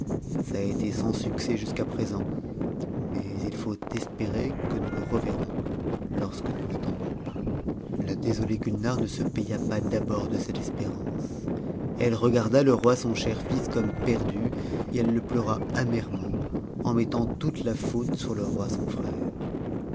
ça été sans succès jusqu'à présent mais il faut espérer que nous le reverrons lorsque nous ne l'attendrons u la désolée gumare ne se paya pas d'abord de cette espérance eue tfgafda le roi son cher fils comme perdu et elle le pleura amèrement en mettant toute la faute sur le roi son frère